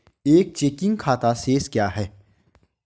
एक चेकिंग खाता शेष क्या है?